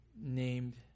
named